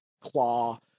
claw